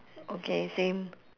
okay same